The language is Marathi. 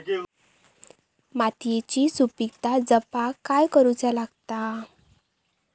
मातीयेची सुपीकता जपाक काय करूचा लागता?